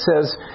says